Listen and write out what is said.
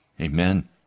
Amen